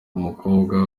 umukobwa